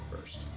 first